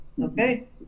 Okay